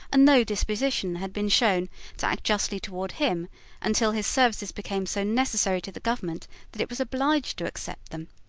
and no disposition had been shown to act justly toward him until his services became so necessary to the government that it was obliged to accept them.